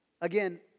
Again